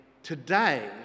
Today